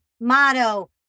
motto